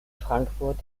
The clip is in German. frankfurt